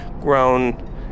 grown